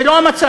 וזה לא המצב.